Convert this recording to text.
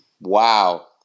Wow